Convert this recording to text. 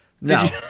No